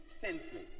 senseless